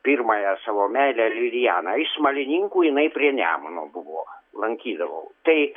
pirmąją savo meilę lilijaną iš smalininkų jinai prie nemuno buvo lankydavau tai